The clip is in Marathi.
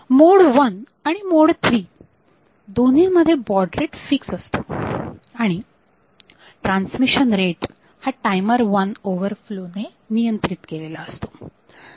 मोड 1 आणि मोड 3 दोन्हींमध्ये बॉड रेट फिक्स असतो आणि ट्रान्समिशन रेट हा टायमर वन ओव्हर फ्लो ने नियंत्रीत केलेला असतो